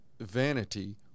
vanity